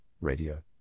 radio